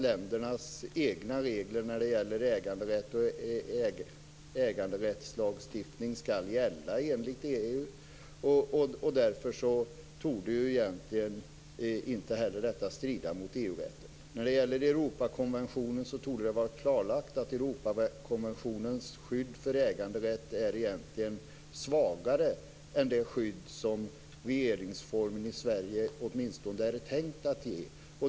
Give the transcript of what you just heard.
Ländernas egna regler i fråga om äganderätt och äganderättslagstiftning skall gälla enligt EU. Därför torde detta egentligen inte heller strida mot EU-rätten. När det gäller Europakonventionen torde det vara klarlagt att Europakonventionens skydd för äganderätt egentligen är svagare än det skydd som den svenska regeringsformen åtminstone är tänkt att ge.